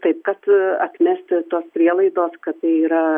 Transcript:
taip kad atmesti tos prielaidos kad tai yra